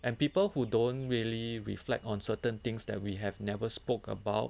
and people who don't really reflect on certain things that we have never spoke about